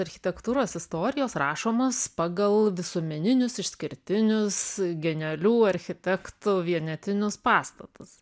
architektūros istorijos rašomos pagal visuomeninius išskirtinius genialių architektų vienetinius pastatus